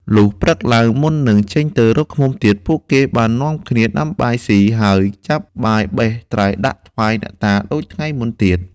លុះព្រឹកឡើង មុននឹងចេញទៅរកឃ្មុំទៀត ពួកគេបាននាំគ្នាដាំបាយស៊ី ហើយចាប់បាយបេះត្រីដាក់ថ្វាយអ្នកតាដូចថ្ងៃមុនទៀត។